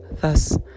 Thus